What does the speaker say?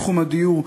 בתחום הדיור,